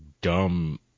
dumb